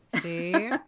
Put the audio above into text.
See